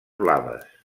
blaves